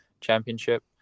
championship